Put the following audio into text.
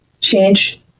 change